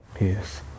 Yes